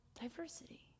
diversity